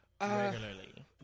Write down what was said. regularly